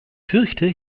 fürchte